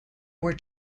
were